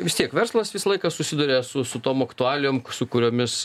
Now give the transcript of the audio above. vis tiek verslas visą laiką susiduria su su tom aktualijom su kuriomis